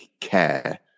care